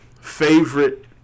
favorite